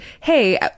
hey